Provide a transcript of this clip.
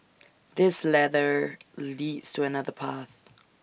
this ladder leads to another path